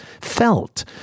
felt